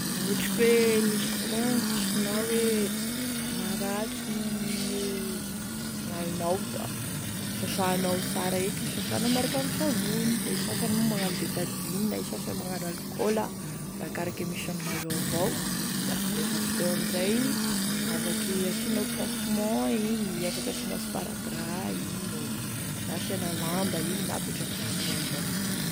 La ohatry ka hoe misy rangotry na hoe maratry gne gn'ainao da sasanao sara eky izy sasanao miaraka ame savony, e sasany moa magnano betadine, e sasany moa magnano alokaola, arakaraky e misy aminao eo avao, da lefa avy teo amin'izay, afaky asianao pansement igny afaky asianao sparadrap igny e, na asianao lamba igny na apetrakinao amigneo avao.